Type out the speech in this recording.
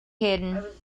hidden